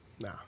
Nah